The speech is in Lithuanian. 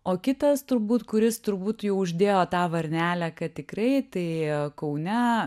o kitas turbūt kuris turbūt jau uždėjo tą varnelę kad tikrai tai kaune